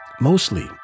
mostly